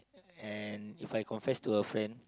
and If I confess to a friend